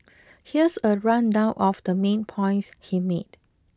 here's a rundown of the main points he made